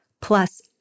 Plus